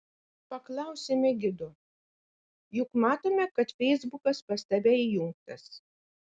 paklausėme gido juk matome kad feisbukas pas tave įjungtas